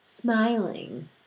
smiling